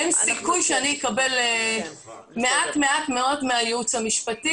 אין סיכוי שאני אקבל מעט מאוד מהייעוץ המשפטי